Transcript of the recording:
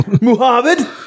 Muhammad